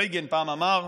רייגן פעם אמר: